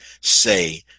say